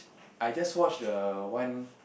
I just watch the one